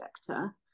sector